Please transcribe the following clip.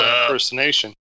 impersonation